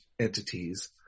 entities